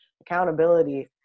accountability